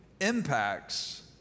impacts